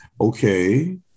Okay